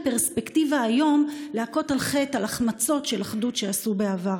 פרספקטיבה היום להכות על חטא על החמצות של אחדות שעשו בעבר.